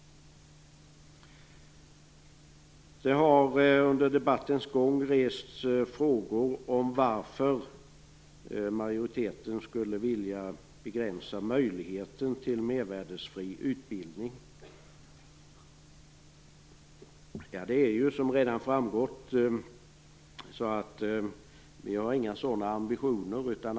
Under debattens gång har det rests frågor om varför majoriteten skulle vilja begränsa möjligheten till mervärdesskattebefriad utbildning. Som redan framgått har vi inga sådana ambitioner.